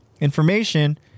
information